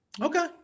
Okay